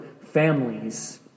families